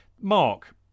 Mark